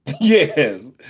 Yes